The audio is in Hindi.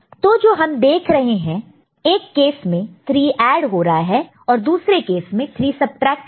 तो जो हम देख रहे हैं तो एक केस में 3 ऐड हो रहा है और दूसरे केस में 3 सबट्रैक्ट हो रहा है